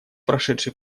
прошедший